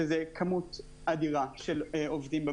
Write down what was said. וזו כמות אדירה של עובדים.